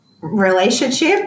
relationship